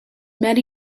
met